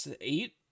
eight